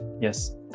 yes